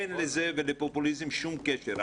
אין לזה ולפופוליזם שום קשר.